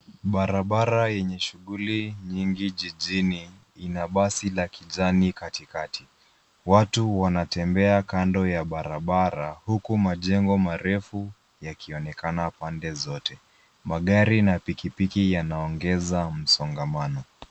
Barabara yenye shughuli nyingi jijini ina basi la kijani katikati. Watu wanatembea kando ya barabara huku majengo marefu yakionekana pande zote. Magari na pikipiki yanaongeza msongamano.